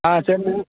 ஆ சரிண்ணே